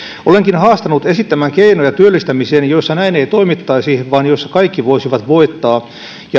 olenkin haastanut esittämään keinoja työllistämiseen jossa näin ei toimittaisi vaan jossa kaikki voisivat voittaa